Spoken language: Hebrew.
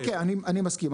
אוקיי, אני מסכים.